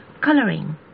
colouring